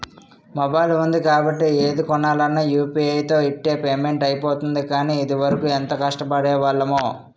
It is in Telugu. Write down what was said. మొబైల్ ఉంది కాబట్టి ఏది కొనాలన్నా యూ.పి.ఐ తో ఇట్టే పేమెంట్ అయిపోతోంది కానీ, ఇదివరకు ఎంత కష్టపడేవాళ్లమో